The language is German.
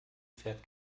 fährt